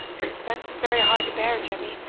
suspense is very hard to bear, jemmy,